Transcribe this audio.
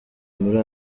muri